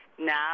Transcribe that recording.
Now